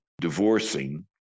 divorcing